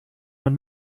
man